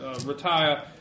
retire